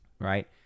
Right